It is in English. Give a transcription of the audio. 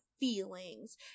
Feelings